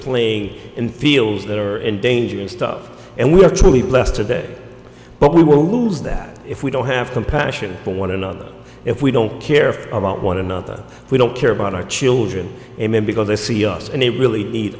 playing in fields that are in danger and stuff and we are truly blessed today but we will lose that if we don't have compassion for one another if we don't care about one another we don't care about our children and then because they see us and they really need